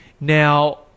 Now